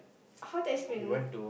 how text friend